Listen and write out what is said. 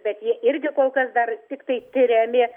bet jie irgi kol kas dar tiktai tiriami